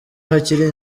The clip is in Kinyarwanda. hakiri